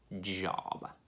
job